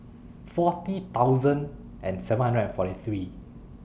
forty thousand and seven hundred and forty three